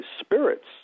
spirits